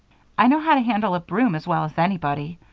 i know how to handle a broom as well as anybody,